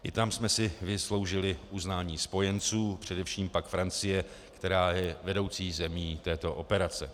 I tam jsme si vysloužili uznání spojenců, především pak Francie, která je vedoucí zemí této operace.